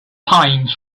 pine